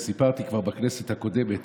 וסיפרתי כבר בכנסת הקודמת